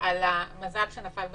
על המזל שנפל בחלקי.